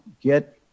get